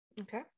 Okay